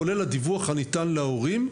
כולל הדיווח הניתן להורים,